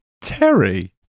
Terry